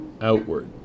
outward